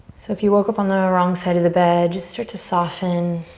so if you woke up on the wrong side of the bed just start to soften.